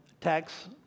tax